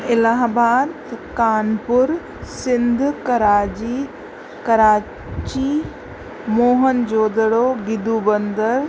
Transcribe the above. इलाहाबाद कानपुर सिंध कराजी कराची मोहन जोदड़ो गिदुबंदर